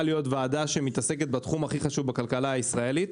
להיות ועדה שמתעסקת בתחום הכי חשוב בכלכלה הישראלית.